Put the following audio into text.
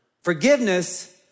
Forgiveness